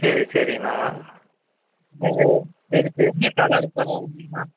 சரி சரிண்ணா நீங்கள் சரி இப்போ என்ன கலர் பரவாயில்லைங்கண்ணா